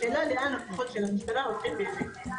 השאלה לאן כוחות המשטרה הולכים באמת.